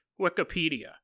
Wikipedia